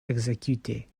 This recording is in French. exécutées